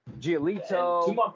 Giolito